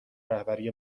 رهبری